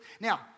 Now